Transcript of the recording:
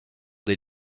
des